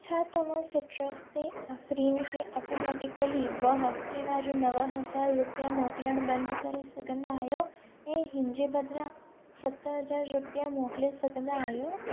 छा तव्हां सिट्रस ते आफ़रीन खे ऑटोमैटिकली ब॒ हफ़्तेवारो नव हज़ार रुपिया मोकिलणु बंदि करे सघंदा आहियो ऐं हिन जे बदिरां सत हज़ार रुपिया मोकिले सघंदा आहियो